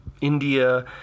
India